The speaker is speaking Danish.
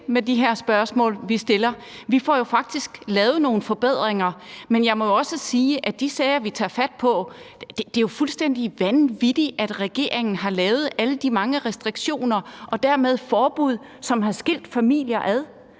med de her spørgsmål, vi stiller. Vi får jo faktisk lavet nogle forbedringer. Men jeg må jo også sige, at de sager, vi tager fat på, er fuldstændig vanvittige, altså at regeringen har lavet alle de mange restriktioner og dermed forbud, som har skilt familier ad.